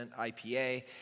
IPA